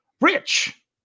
Rich